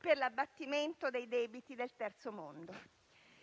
per l'abbattimento dei debiti del Terzo mondo.